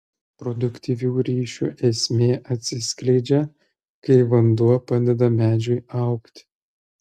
produktyvių ryšių esmė atsiskleidžia kai vanduo padeda medžiui augti